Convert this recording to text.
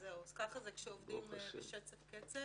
ככה זה כשעובדים בשצף קצף.